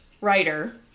writer